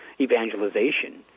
evangelization